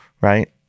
right